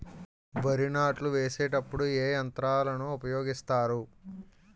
వరి నాట్లు వేసేటప్పుడు ఏ యంత్రాలను ఉపయోగిస్తారు?